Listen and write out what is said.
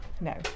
No